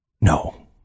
No